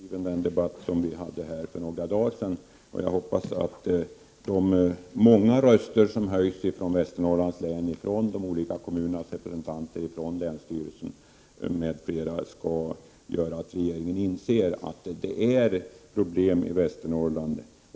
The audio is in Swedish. Herr talman! Jag tackar för den senaste kommentaren från arbetsmarknadsministern som jag finner mera positiv än de uttalanden som gjordes i debatten för några dagar sedan. Jag hoppas att de många röster som höjts från Västernorrland, från de olika kommunrepresentanterna och länsstyrelsen, får regeringen att inse att det är problem i Västernorrland.